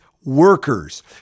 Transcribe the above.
Workers